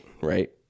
right